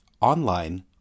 online